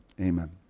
Amen